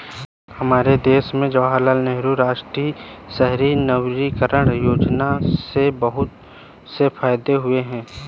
हमारे देश में जवाहरलाल नेहरू राष्ट्रीय शहरी नवीकरण योजना से बहुत से फायदे हुए हैं